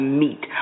meat